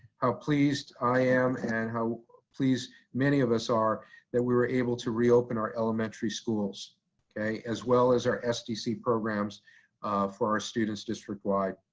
how pleased i am and how pleased many of us are that we were able to reopen our elementary schools as well as our sdc programs for our students district-wide.